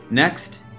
Next